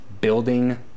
building